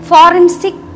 Forensic